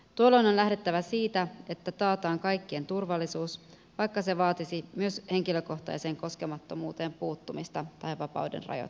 tuolloin on lähdettävä siitä että taataan kaikkien turvallisuus vaikka se vaatisi myös henkilökohtaiseen koskemat tomuuteen puuttumista tai vapauden rajoittamista